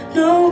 no